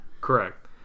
Correct